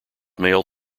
male